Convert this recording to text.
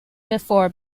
before